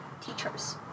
teachers